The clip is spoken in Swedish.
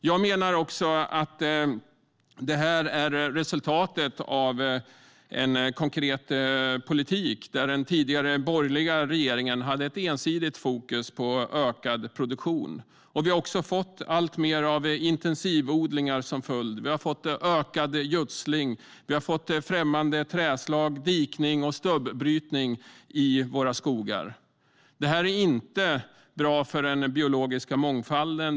Jag menar också att det här är resultatet av en konkret politik. Den tidigare borgerliga regeringen hade ett snävt fokus på ökad produktion. Vi har också fått alltmer av intensivodlingar som följd. Vi har fått ökad gödsling. Vi har fått främmande trädslag, dikning och stubbrytning i våra skogar. Det här är inte bra för den biologiska mångfalden.